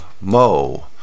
Mo